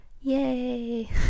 Yay